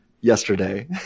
yesterday